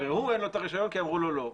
ולא אין את הרישיון כי אמרו לו לא.